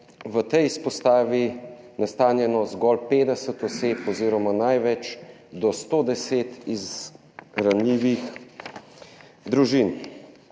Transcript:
v tej izpostavi nastanjeno zgolj 50 oseb oziroma največ do 110 iz ranljivih družin,